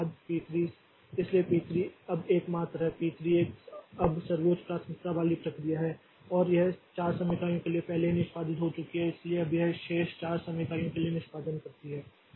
उसके बाद P 3 इसलिए P 3 अब एकमात्र है P 3 अब सर्वोच्च प्राथमिकता वाली प्रक्रिया है और यह 4 समय इकाइयों के लिए पहले ही निष्पादित हो चुकी है इसलिए अब यह शेष 4 समय इकाइयों के लिए निष्पादन करती है